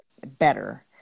better